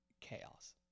Chaos